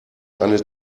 eine